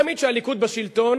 תמיד כשהליכוד בשלטון